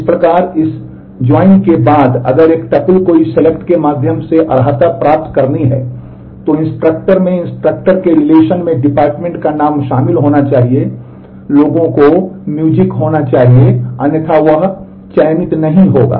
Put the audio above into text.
इस प्रकार इस संयुक्त के बाद अगर एक टपल नहीं होगा